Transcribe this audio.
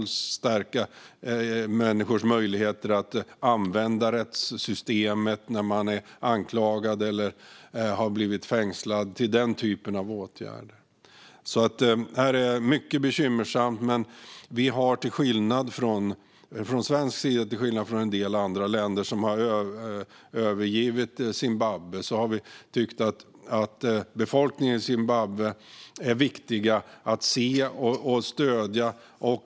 Det handlar om att stärka människors möjligheter att använda rättssystemet när de är anklagade eller har blivit fängslade. Det är den typen av åtgärder. Här är mycket bekymmersamt. Men vi har från svensk sida till skillnad från en del andra länder som har övergivit Zimbabwe tyckt att det är viktigt att se befolkningen i Zimbabwe och stödja den.